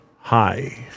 Hi